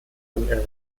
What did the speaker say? erwähnt